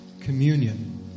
communion